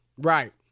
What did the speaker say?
right